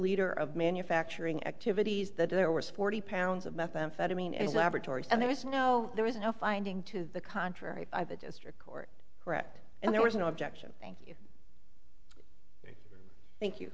leader of manufacturing activities that there was forty pounds of methamphetamine a laboratory and there was no there was no finding to the contrary by the district court correct and there was no objection thank you thank you